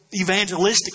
evangelistically